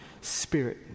spirit